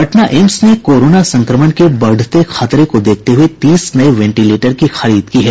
Patna AIIMS ने corona संक्रमण के बढ़ते खतरे को देखते हुये तीस नये वेंटिलेटर की खरीद की है